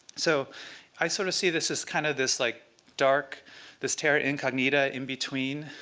so i sort of see this as kind of this like dark this terra incognita in between.